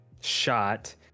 shot